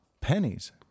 Pennies